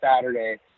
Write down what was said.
Saturday